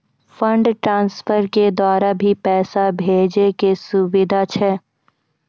Fund transfer के द्वारा भी पैसा भेजै के सुविधा छै?